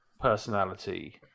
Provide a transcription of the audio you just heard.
personality